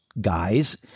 Guys